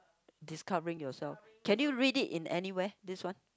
discovering yourself can you read it in anywhere this one